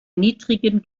niedrigen